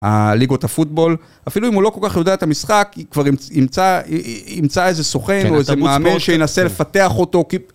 ליגות הפוטבול, אפילו אם הוא לא כל כך יודע את המשחק, כבר ימצא איזה סוכן או איזה מאמן שינסה לפתח אותו.